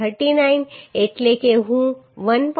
39 એટલે કે હું 1